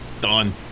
Done